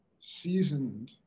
seasoned